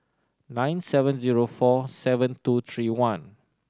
nine seven zero four seven two three one